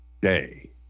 day